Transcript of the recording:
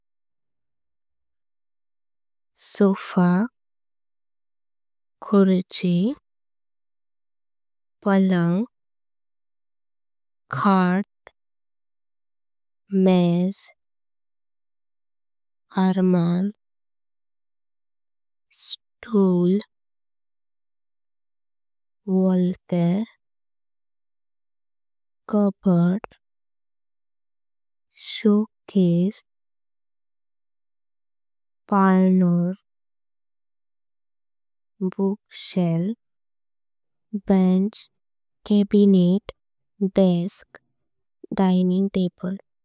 सोफा, खुरची, पलंक, खाट। अरमाल मेज, स्टूल, वलतैर, कबड्ड। शोकेस, पालनो, book shelf, bench. Desk, cabinet, dining table.